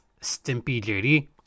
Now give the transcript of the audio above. StimpyJD